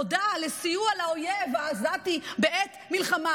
הודה על סיוע לאויב העזתי בעת מלחמה.